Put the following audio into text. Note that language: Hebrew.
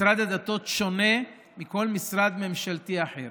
משרד הדתות שונה מכל משרד ממשלתי אחר.